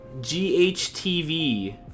GHTV